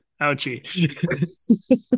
Ouchie